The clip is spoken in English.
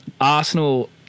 Arsenal